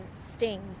sting